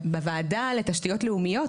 בוועדה לתשתיות לאומיות,